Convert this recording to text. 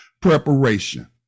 preparation